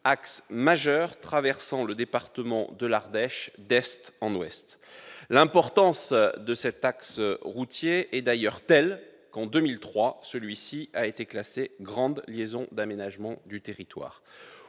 axe majeur traversant le département de l'Ardèche d'est en ouest. L'importance de cet axe routier est d'ailleurs telle qu'en 2003 il a été classé « grande liaison d'aménagement du territoire